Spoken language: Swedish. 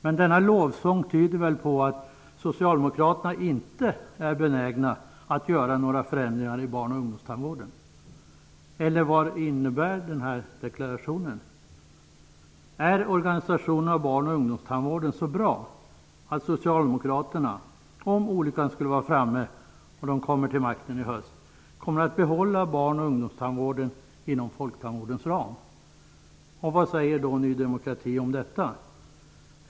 Men denna lovsång tyder väl på att socialdemokraterna inte är benägna att göra några förändringar i barn och ungdomstandvården. Eller vad innebär denna deklaration? Är organisationen av barn och ungdomstandvården så bra att socialdemokraterna, om olyckan skulle vara framme och de kommer till makten i höst, kommer att behålla denna inom folktandvårdens ram? Och vad säger Ny demokrati om detta?